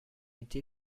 été